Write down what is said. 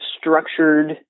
structured